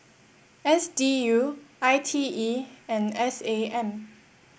S D U I T E and S A M